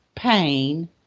pain